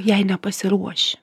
jei nepasiruoši